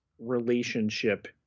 relationship